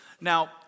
Now